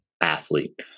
Athlete